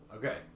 Okay